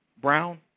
brown